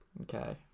Okay